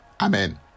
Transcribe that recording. amen